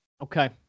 okay